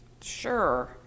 sure